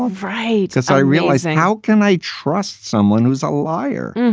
right. cents. i realized, how can i trust someone who's a liar?